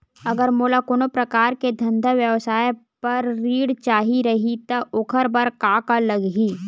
अगर मोला कोनो प्रकार के धंधा व्यवसाय पर ऋण चाही रहि त ओखर बर का का लगही?